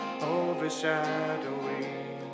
Overshadowing